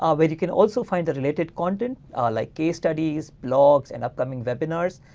um where you can also find the related content like case studies, blogs and upcoming webinars.